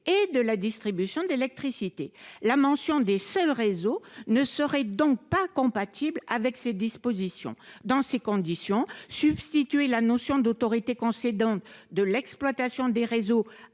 et de la distribution d’électricité. La mention des seuls réseaux ne serait donc pas compatible avec ces dispositions. Dans ces conditions, substituer la notion d’autorité concédante de l’exploitation des réseaux